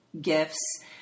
gifts